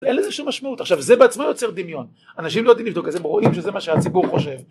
אין לזה שום משמעות, עכשיו זה בעצמו יוצר דמיון, אנשים לא יודעים לבדוק את זה, הם רואים שזה מה שהציבור חושב